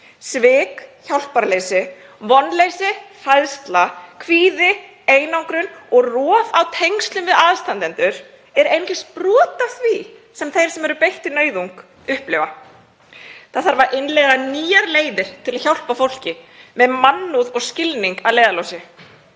Svik, hjálparleysi, vonleysi, hræðsla, kvíði, einangrun og rof á tengslum við aðstandendur er einungis brot af því sem þeir sem eru beittir nauðung upplifa. Það þarf að innleiða nýjar leiðir til að hjálpa fólki með mannúð og skilning að leiðarljósi,